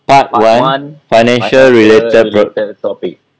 part one financial related topic